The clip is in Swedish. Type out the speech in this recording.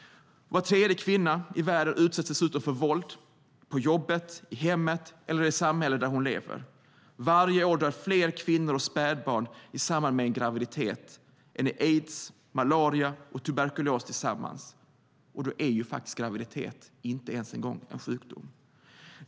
Var tredje kvinna i världen utsätts dessutom för våld på jobbet, i hemmet eller i samhället där hon lever. Varje år dör fler kvinnor och spädbarn i samband med en graviditet än i aids, malaria och tuberkulos tillsammans, och då är graviditet inte ens en sjukdom.